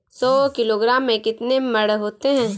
सौ किलोग्राम में कितने मण होते हैं?